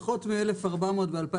פחות מ-1,400 ב-2019.